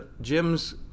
Jim's